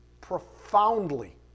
Profoundly